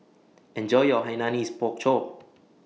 Enjoy your Hainanese Pork Chop